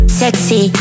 sexy